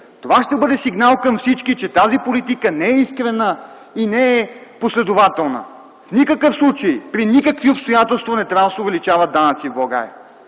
това ще бъде сигнал към всички, че тази политика не е искрена и не е последователна. В никакъв случай, при никакви обстоятелства не трябва да се увеличават данъци в България!